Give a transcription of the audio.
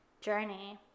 journey